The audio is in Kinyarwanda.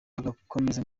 bagakomeza